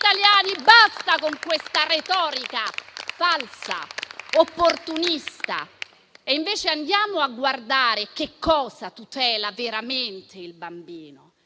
Basta con questa retorica, falsa, opportunista! Invece andiamo a guardare che cosa tutela veramente il bambino.